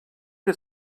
que